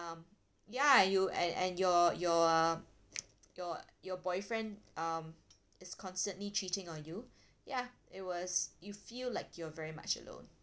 um ya you and and your your uh your your boyfriend um is constantly cheating on you ya it was you feel like you're very much alone